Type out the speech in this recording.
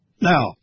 Now